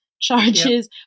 charges